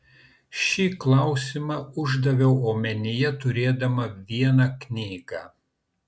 šį klausimą uždaviau omenyje turėdama vieną knygą